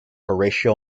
horatio